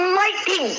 mighty